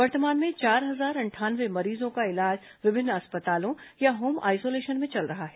वर्तमान में चार हजार अंठानवे मरीजों का इलाज विभिन्न अस्पतालों या होम आइसोलेशन में चल रहा है